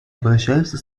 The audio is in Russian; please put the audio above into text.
обращаемся